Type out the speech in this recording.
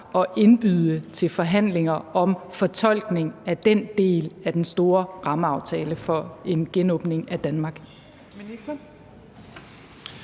at indbyde til forhandlinger om fortolkning af den del af den store rammeaftale for en genåbning af Danmark?